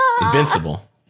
Invincible